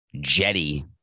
jetty